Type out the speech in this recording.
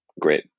great